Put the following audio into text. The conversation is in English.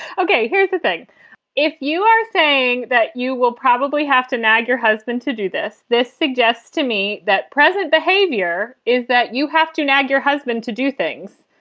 ok. here's the thing if you are saying that you will probably have to nag your husband to do this. this suggests to me that present behavior is that you have to nag your husband to do things.